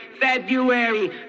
February